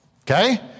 Okay